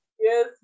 Yes